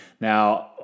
Now